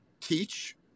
teach